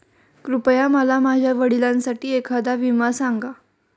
कृपया मला माझ्या वडिलांसाठी एखादा विमा सांगा